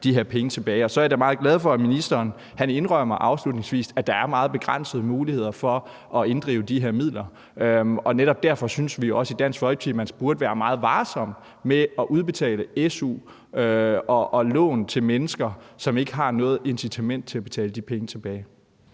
de her penge tilbage. Og så er jeg da meget glad for, at ministeren afslutningsvis indrømmer, at der er meget begrænsede muligheder for at inddrive de her midler, og netop derfor synes vi også i Dansk Folkeparti, at man burde være meget varsom med at udbetale su og lån til mennesker, som ikke har noget incitament til at betale de penge tilbage.